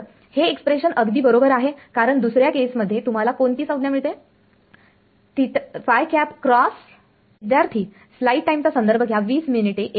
बरं हे एक्सप्रेशन अगदी बरोबर आहे कारण दुसऱ्या केस मध्ये तुम्हाला कोणती संज्ञा मिळते